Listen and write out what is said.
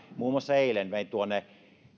muun muassa eilen vein